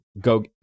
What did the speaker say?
go